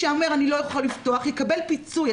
שאומר שהוא לא יכול לפתוח יקבל פיצוי.